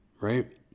right